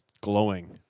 glowing